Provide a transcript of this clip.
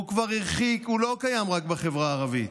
כבר הרחיק, הוא לא קיים רק בחברה הערבית,